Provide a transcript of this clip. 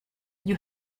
you